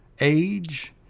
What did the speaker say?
age